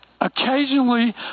occasionally